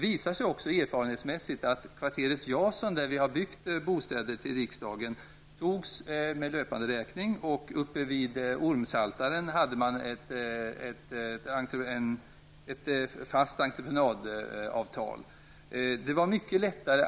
Vid kvarteret Jason, där det har byggts bostäder för riksdagens räkning, använde man sig av löpande räkning medan man hade ett fast entreprenadavtal när det gällde Ormsaltaren.